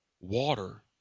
Water